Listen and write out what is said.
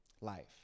life